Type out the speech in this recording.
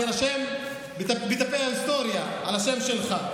זה יירשם בדפי ההיסטוריה על השם שלך.